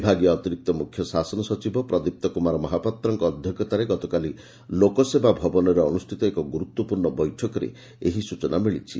ବିଭାଗୀୟ ଅତିରିକ୍ତ ମୁଖ୍ୟ ଶାସନ ସଚିବ ପ୍ରଦୀପ୍ତ କୁମାର ମହାପାତ୍ରଙ୍କ ଅଧ୍ଘକ୍ଷତାରେ ଗତକାଲି ଲୋକସେବା ଭବନରେ ଅନୁଷ୍ଷିତ ଏକ ଗୁରୁତ୍ୱପୂର୍ଣ୍ଣ ବୈଠକରେ ଏହି ସୂଚନା ମିଳିଛି